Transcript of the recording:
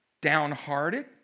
downhearted